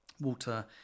water